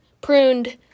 pruned